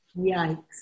Yikes